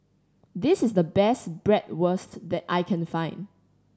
this is the best Bratwurst that I can find